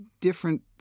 different